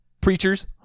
preachers